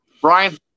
Brian